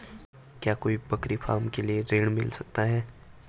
क्या कोई बकरी फार्म के लिए ऋण मिल सकता है?